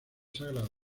sagradas